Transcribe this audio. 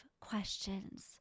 questions